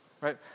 right